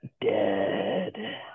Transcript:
dead